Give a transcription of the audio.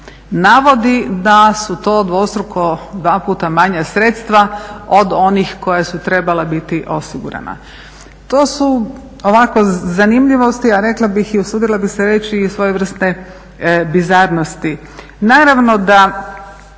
navodi da su to dvostruko dva puta manja sredstva od onih koja su trebala biti osigurana. To su ovako zanimljivosti, a rekla bih i usudila bih se reći i svojevrsne bizarnosti.